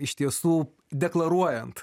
iš tiesų deklaruojant